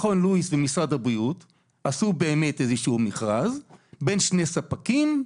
מכון לואיס ומשרד הבריאות עשו באמת איזשהו מכרז בין שני ספקים,